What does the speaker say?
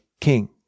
king